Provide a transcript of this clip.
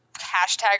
hashtag